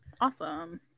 awesome